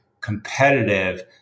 competitive